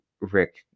Rick